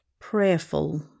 prayerful